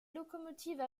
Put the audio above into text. locomotives